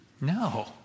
No